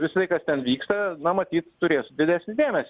visa tai kas ten vyksta na matyt turės didesnį dėmesį